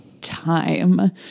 time